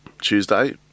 Tuesday